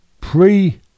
pre